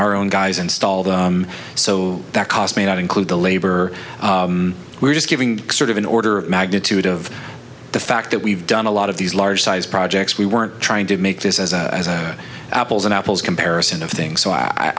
our own guys installed so that cost may not include the labor we're just giving sort of an order of magnitude of the fact that we've done a lot of these large sized projects we weren't trying to make this as apples and apples comparison of things so